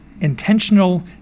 intentional